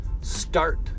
Start